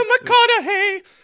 McConaughey